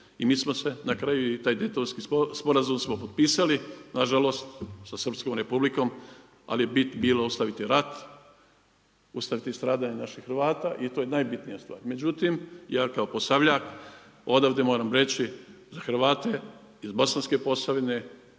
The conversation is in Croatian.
i mi smo se na kraju i taj Daytonski sporazum smo potpisali na žalost sa Srpskom Republikom ali je bit bila ostaviti rat, ustaviti stradanja naših Hrvata i to je najbitnija stvar. Međutim, ja kao Posavljak odavde moram reći za Hrvate iz Bosanske Posavine